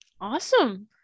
Awesome